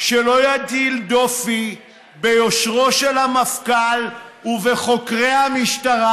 שלא יטיל דופי ביושרו של המפכ"ל ובחוקרי המשטרה.